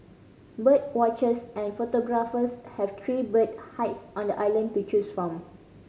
bird watchers and photographers have three bird hides on the island to choose from